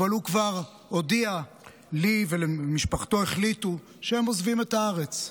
אבל הוא כבר הודיע לי ומשפחתו החליטו שהם עוזבים את הארץ.